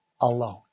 alone